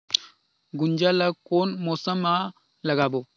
गुनजा ला कोन मौसम मा लगाबो?